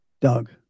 Doug